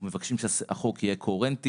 אנחנו מבקשים שהחוק יהיה קוהרנטי,